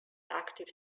active